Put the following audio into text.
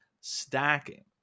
stacking